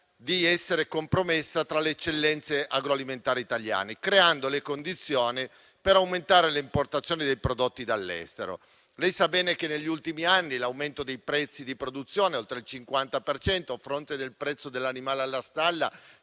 di essere compromessa tra le eccellenze agroalimentari italiane, creando le condizioni per aumentare le importazioni di prodotti dall'estero. Lei sa bene che, negli ultimi anni, l'aumento dei prezzi di produzione è stato di oltre il 50 per cento, a fronte del prezzo dell'animale alla stalla